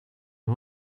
een